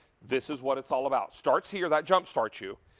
this is what it's all about. starts here. that jump starts you.